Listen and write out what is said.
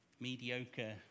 Mediocre